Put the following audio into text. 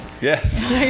Yes